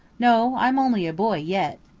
no, i'm only a boy yet,